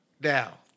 Now